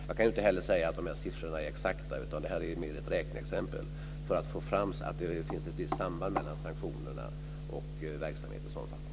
Jag kan inte heller säga att de här siffrorna är exakta, utan det här är mera ett räkneexempel för att få fram att det finns ett samband mellan sanktionerna och verksamhetens omfattning.